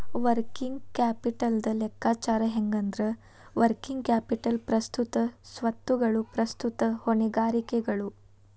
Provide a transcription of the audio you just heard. working ಕ್ಯಾಪಿಟಲ್ದ್ ಲೆಕ್ಕಾಚಾರ ಹೆಂಗಂದ್ರ, ವರ್ಕಿಂಗ್ ಕ್ಯಾಪಿಟಲ್ ಪ್ರಸ್ತುತ ಸ್ವತ್ತುಗಳು ಪ್ರಸ್ತುತ ಹೊಣೆಗಾರಿಕೆಗಳು